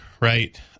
right